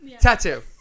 tattoo